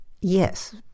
yes